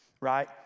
right